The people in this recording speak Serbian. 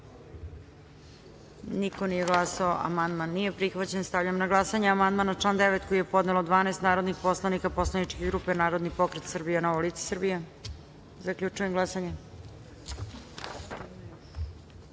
niko. Konstatujem da amandman nije prihvaćen. Stavljam na glasanje amandman na član 42. koji je podnelo 12 narodnih poslanika poslaničke grupe Narodni pokret Srbije - Novo lice Srbije. Zaključujem glasanje: